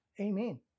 Amen